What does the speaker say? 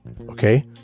okay